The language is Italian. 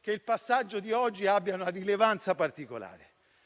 che il passaggio di oggi abbia una rilevanza particolare,